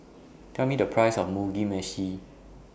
Tell Me The Price of Mugi Meshi